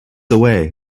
away